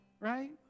Right